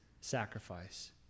sacrifice